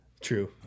True